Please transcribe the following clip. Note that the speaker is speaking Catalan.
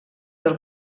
del